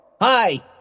Hi